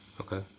okay